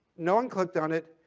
no one clicked on it.